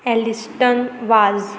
Elliston Vaz